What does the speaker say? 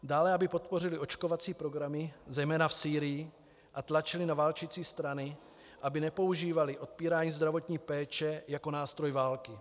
Dále, aby podpořily očkovací programy, zejména v Sýrii, a tlačily na válčící strany, aby nepoužívaly odpírání zdravotní péče jako nástroj války.